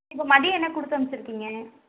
இப்ப மதியம் என்ன கொடுத்து அம்ச்சுருக்கீங்க